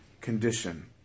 condition